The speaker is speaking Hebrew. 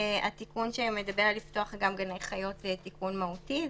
התיקון שמדבר על לפתוח גם גני חיות הוא תיקון מהותי,